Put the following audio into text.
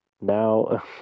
Now